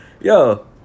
yo